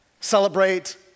Celebrate